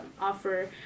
offer